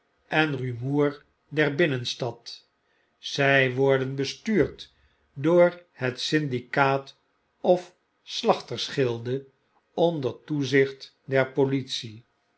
en rumoer der binnenstad zj worden be stuurd door het syndicaat of slachters gilde onder toezicht der politie